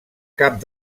cap